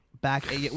Back